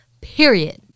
Period